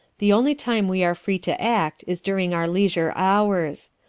the only time we are free to act is during our leisure hours.